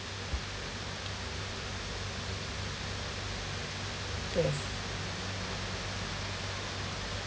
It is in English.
true